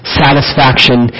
satisfaction